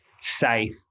safe